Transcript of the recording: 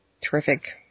terrific